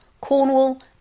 Cornwall